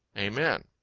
amen.